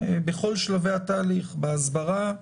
בכל שלבי התהליך, בהסברה,